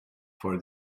for